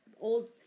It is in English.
old